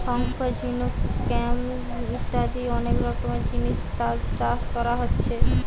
শঙ্খ, ঝিনুক, ক্ল্যাম ইত্যাদি অনেক রকমের জিনিস চাষ কোরা হচ্ছে